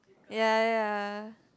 ya ya ya